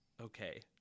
Okay